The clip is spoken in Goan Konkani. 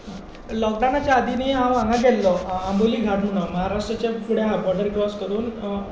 लॉकडावनाच्या आदी न्ही हांव हांगा गेल्लो आंबोली घाट म्हणोन महाराष्ट्राच्या फुडें आसा बोर्डर क्रॉस करून